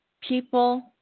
people